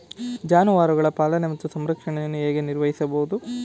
ಜಾನುವಾರುಗಳ ಪಾಲನೆ ಮತ್ತು ಸಂರಕ್ಷಣೆಯನ್ನು ಹೇಗೆ ನಿರ್ವಹಿಸಬಹುದು?